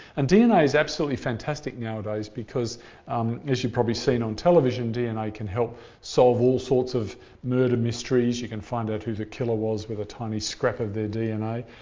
and dna is absolutely fantastic nowadays because as you've probably seen on television, dna can help solve all sorts of murder mysteries. you can find out who the killer was with a tiny scrap of their dna.